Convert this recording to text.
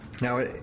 Now